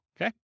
okay